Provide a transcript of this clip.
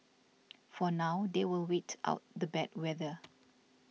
for now they will wait out the bad weather